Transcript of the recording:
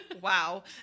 Wow